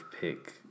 pick